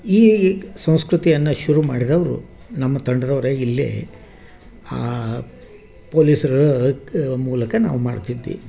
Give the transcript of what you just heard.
ಈ ಸಂಸ್ಕೃತಿಯನ್ನು ಶುರು ಮಾಡಿದವರು ನಮ್ಮ ತಂಡದವ್ರೇ ಇಲ್ಲೇ ಆ ಪೊಲೀಸ್ರ ಕ್ ಮೂಲಕ ನಾವು ಮಾಡ್ತಿದ್ದಿ